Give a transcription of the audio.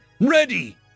ready